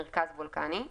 מרכז וולקני,";